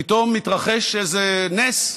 פתאום מתרחש איזה נס,